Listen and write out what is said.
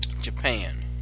Japan